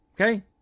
Okay